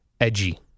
edgy